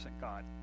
God